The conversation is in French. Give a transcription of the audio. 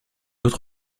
autre